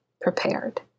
prepared